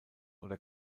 oder